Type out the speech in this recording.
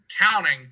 counting